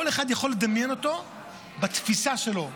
כל אחד יכול לדמיין אותה בתפיסה שלו,